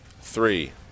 Three